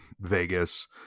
Vegas